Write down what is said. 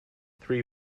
three